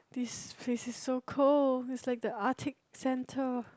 this place is so cold is like the arctic centre